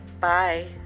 Bye